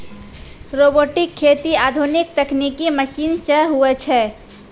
robotic खेती आधुनिक तकनिकी मशीन से हुवै छै